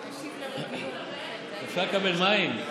אפשר לקבל מים?